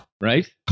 Right